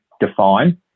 define